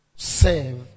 Save